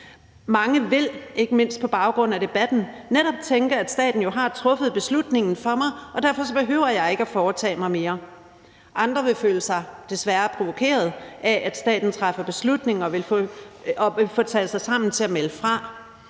Mange vil – ikke mindst på baggrund af debatten – netop tænke, at staten jo har truffet beslutningen for dem, og at de derfor ikke behøver at foretage sig mere. Andre vil desværre føle sig provokeret af, at staten træffer beslutningen, og vil få taget sig sammen til at melde fra.